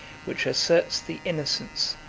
which asserts the innocence,